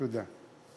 תודה.